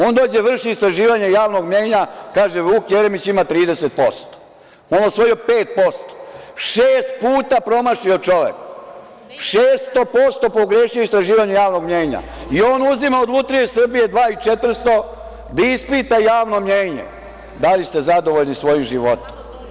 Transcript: On dođe, vrši istraživanja javnog mnjenja, kaže - Vuk Jeremić ima 30%, on osvojio 5%, šest puta promašio čovek, 600% pogrešio istraživanje javnog mnjenja i on uzima od Lutrije Srbije 2.400.000 dinara da ispita javno mnjenje - da li ste zadovoljni svojim životom?